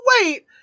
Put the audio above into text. wait